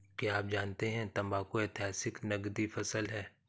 क्या आप जानते है तंबाकू ऐतिहासिक नकदी फसल है